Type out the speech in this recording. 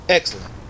Excellent